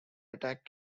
attack